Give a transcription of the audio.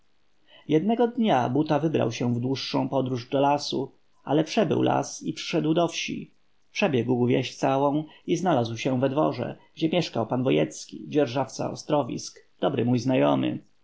jednego dnia buta wybrał się w dłuższą podróż do lasu ale przebył las i przyszedł do wsi przebiegł wieś całą i znalazł się we dworze gdzie mieszkał pan wojecki dzierżawca ostrowisk dobry mój znajomy